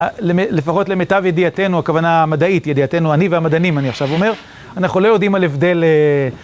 לפחות למיטב ידיעתנו, הכוונה המדעית, ידיעתנו, אני והמדענים, אני עכשיו אומר, אנחנו לא יודעים על הבדל...